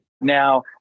now